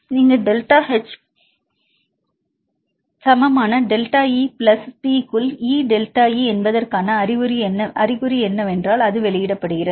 இங்கு delta H சமமான delta E plus P க்குள் E டெல்டா E என்பதற்கான அறிகுறி என்னவென்றால் அது வெளியிடப்படுகிறது